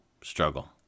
struggle